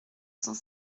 cent